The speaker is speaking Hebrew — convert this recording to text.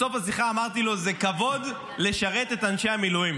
בסוף השיחה אמרתי לו: זה כבוד לשרת את אנשי המילואים.